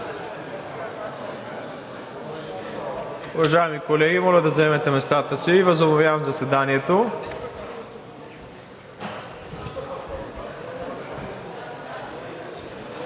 Уважаеми колеги, моля да заемете местата си – възобновявам заседанието.